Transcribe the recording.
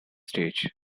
stage